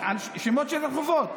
שילוט, שמות של רחובות.